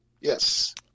Yes